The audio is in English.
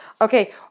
Okay